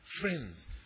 Friends